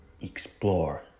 explore